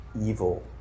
evil